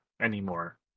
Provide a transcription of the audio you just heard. anymore